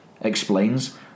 explains